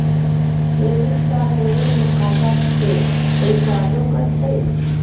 Credit card लेवे में खाता से कोई चार्जो कटतई?